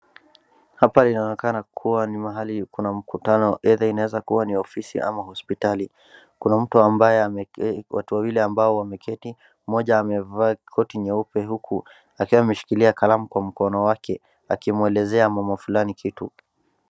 Hapa inaonekana kuwa ni mahali kuna mkutano, aidha inaweza kuwa ni ofisi ama ni hosiptali, kuna watu wawili ambao wameketi, mmoja amevaa koti nyeupe huku akiwa ameshikilia kalamu kwa mkono wake akimwelezea mama fulani kitu.